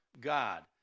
God